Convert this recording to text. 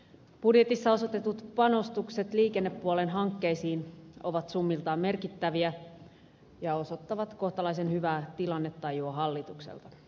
budjetissa osoitetut panostukset liikennepuolen hankkeisiin ovat summiltaan merkittäviä ja osoittavat kohtalaisen hyvää tilannetajua hallitukselta